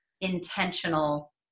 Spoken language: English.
intentional